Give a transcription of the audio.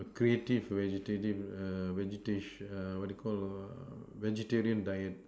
creative vegetarian err vegetarian what you Call vegetarian diet